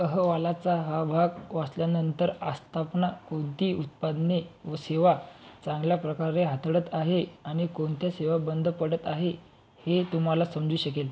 अहवालाचा हा भाग वाचल्यानंतर आस्थापना कोणती उत्पादने व सेवा चांगल्या प्रकारे हाताळत आहे आणि कोणत्या सेवा बंद पडत आहेत हे तुम्हाला समजू शकेल